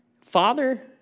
Father